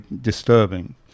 disturbing